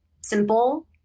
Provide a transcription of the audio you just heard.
simple